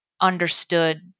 understood